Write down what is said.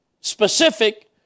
specific